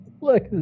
look